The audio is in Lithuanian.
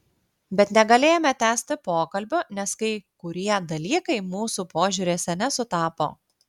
bet negalėjome tęsti pokalbių nes kai kurie dalykai mūsų požiūriuose nesutapo